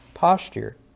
Posture